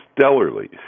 stellarly